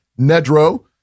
Nedro